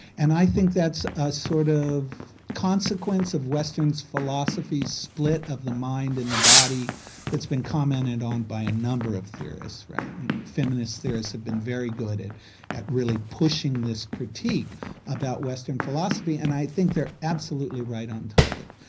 and i think that's a sort of consequence of western philosophy's split of the mind and the body that's been commented on by a number of theorists, and feminist theorists have been very good at at really pushing this critique about western philosophy, and i think they're absolutely right on target.